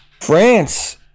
France